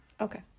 Okay